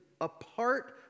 apart